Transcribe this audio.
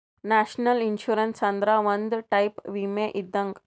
national insurance ಅಂದ್ರ ಇದು ಒಂದ್ ಟೈಪ್ ವಿಮೆ ಇದ್ದಂಗ್